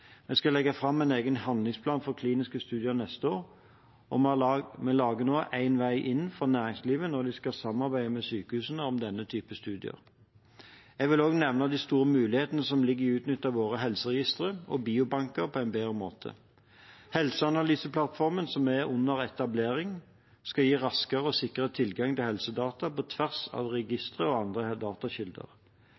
Vi skal legge fram en egen handlingsplan for kliniske studier neste år, og vi lager nå «En vei inn» for næringslivet når de skal samarbeide med sykehusene om slike studier. Jeg vil også nevne de store mulighetene som ligger i å utnytte våre helseregistre og biobanker på en bedre måte. Helseanalyseplattformen som er under etablering, skal gi raskere og sikrere tilgang til helsedata på tvers av